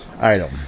item